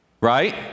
Right